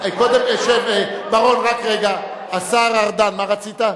השר ארדן, מה רצית?